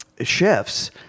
chefs